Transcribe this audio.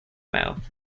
mouth